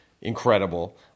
incredible